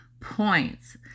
points